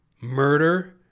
murder